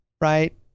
right